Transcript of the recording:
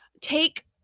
take